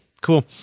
cool